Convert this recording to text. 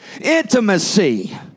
Intimacy